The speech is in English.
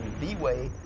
the way,